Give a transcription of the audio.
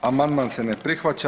Amandman se ne prihvaća.